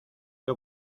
qué